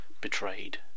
betrayed